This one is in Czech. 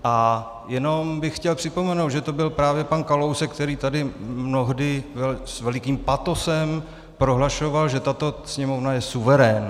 A jenom bych chtěl připomenout, že to byl právě pan Kalousek, který tady mnohdy s velikým patosem prohlašoval, že tato Sněmovna je suverén.